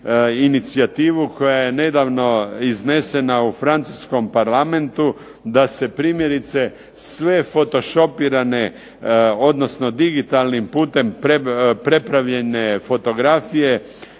inicijativu koja je nedavno iznesena u francuskom Parlamentu, da se primjerice sve fotošopirane, odnosno digitalnim putem prepravljene fotografije